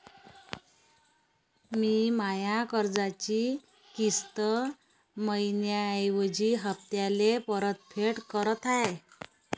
मी माया कर्जाची किस्त मइन्याऐवजी हप्त्याले परतफेड करत आहे